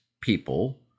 people